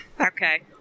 Okay